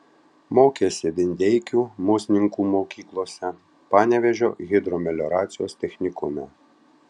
mokėsi vindeikių musninkų mokyklose panevėžio hidromelioracijos technikume